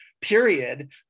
period